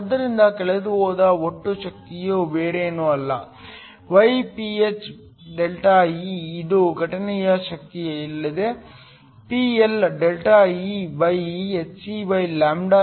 ಆದ್ದರಿಂದ ಕಳೆದುಹೋದ ಒಟ್ಟು ಶಕ್ತಿಯು ಬೇರೇನೂ ಅಲ್ಲ γPh ΔE ಇದು ಘಟನೆಯ ಶಕ್ತಿಯಲ್ಲದೆ PLΔEhcλ